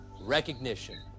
recognition